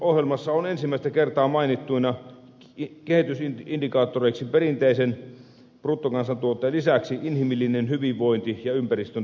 hallitusohjelmassa on ensimmäistä kertaa mainittuna kehitysindikaattoreiksi perinteisen bruttokansantuotteen lisäksi inhimillinen hyvinvointi ja ympäristön tila